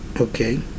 Okay